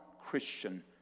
Christian